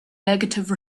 negative